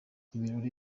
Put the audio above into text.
ibirori